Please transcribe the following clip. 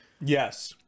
Yes